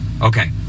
Okay